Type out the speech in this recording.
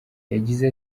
yagize